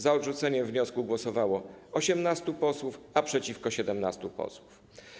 Za odrzuceniem wniosku głosowało 18 posłów, a przeciwko - 17 posłów.